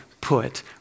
put